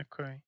okay